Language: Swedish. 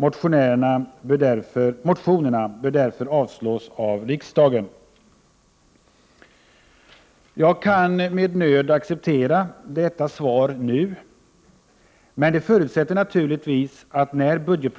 Motionsyrkandena bör därför avslås av riksdagen.” Jag kan med nöd acceptera detta svar nu, men det förutsätter naturligtvis att medel